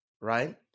right